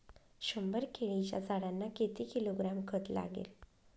शंभर केळीच्या झाडांना किती किलोग्रॅम खत लागेल?